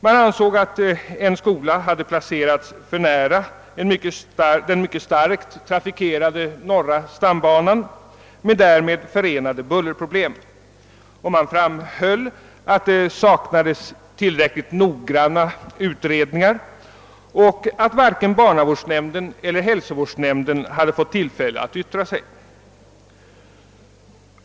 Man ansåg att en skola hade placerats för nära den mycket starkt trafikerade norra stambanan med därmed förenade bullerproblem, och man framhöll att det saknades tillräckligt noggranna utredningar samt att varken barnavårdsnämnden eller hälsovårdsnämnden hade fått tillfälle att yttra sig.